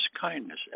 kindness